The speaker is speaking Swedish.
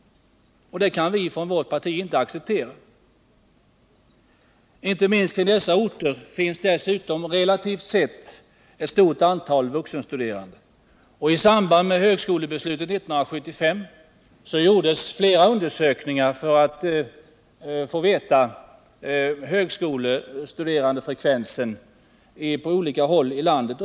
Detta kan vi från vårt parti inte acceptera, inte minst som det i dessa orter finns ett relativt sett stort antal vuxenstuderande. I samband med högskolebeslutet 1975 gjordes flera undersökningar av högskolestuderandefrekvensen på olika håll i landet.